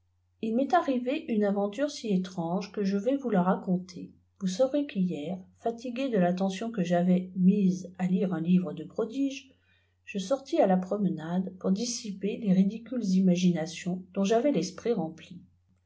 ii m'est arrivé une aventure si étrange que je veux vous la raconter vous saurez qu'hier fatigué de ratlenlion que j'avais nise à lire un livre de prodiges je soriis à la promenade pour dissiper les ridicules imaginations dont j'avais l'esprit rempli